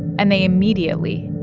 and they immediately.